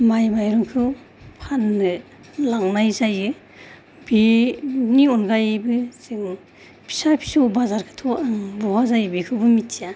माइ माइरंखौ फाननो लांनाय जायो बेनि अनगायैबो जोङो फिसा फिसौ बाजारखोथ' आं बहा जायो बेखौबो मिथिया